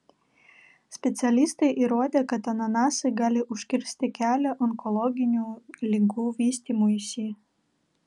specialistai įrodė kad ananasai gali užkirsti kelią onkologinių ligų vystymuisi